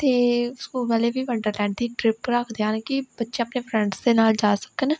ਅਤੇ ਸਕੂਲ ਵਾਲੇ ਵੀ ਵੰਡਰਲੈਂਡ ਦੀ ਟਰਿਪ ਰੱਖਦੇ ਹਨ ਕਿ ਬੱਚੇ ਆਪਣੇ ਫਰੈਂਡਸ ਦੇ ਨਾਲ ਜਾ ਸਕਣ